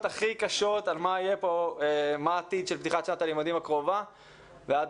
הכי קשות לגבי מה עתיד פתיחת שנת הלימודים הקרובה ועד